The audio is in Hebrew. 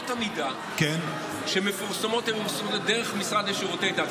אמות המידה שמפורסמות היום הן דרך המשרד לשירותי דת.